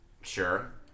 sure